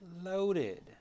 Loaded